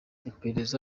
iperereza